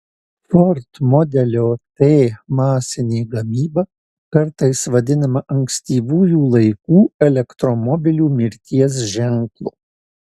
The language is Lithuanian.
ford modelio t masinė gamyba kartais vadinama ankstyvųjų laikų elektromobilių mirties ženklu